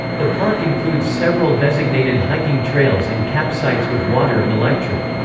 the park includes several designated hiking trails and cap sites with water and electric.